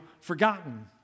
forgotten